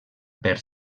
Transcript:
per